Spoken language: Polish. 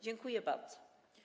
Dziękuję bardzo.